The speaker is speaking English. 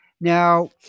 Now